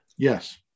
Yes